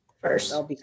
First